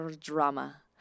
drama